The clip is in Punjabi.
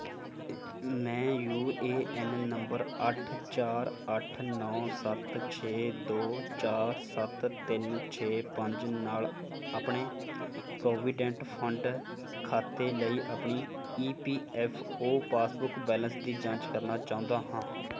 ਮੈਂ ਯੂ ਏ ਐੱਨ ਨੰਬਰ ਅੱਠ ਚਾਰ ਅੱਠ ਨੌ ਸੱਤ ਛੇ ਦੋ ਚਾਰ ਸੱਤ ਤਿੰਨ ਛੇ ਪੰਜ ਨਾਲ ਆਪਣੇ ਪ੍ਰੋਵੀਡੈਂਟ ਫੰਡ ਖਾਤੇ ਲਈ ਆਪਣੀ E P F O passbook balance ਦੀ ਜਾਂਚ ਕਰਨਾ ਚਾਹੁੰਦਾ ਹਾਂ